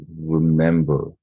remember